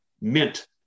mint